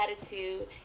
attitude